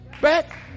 back